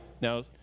Now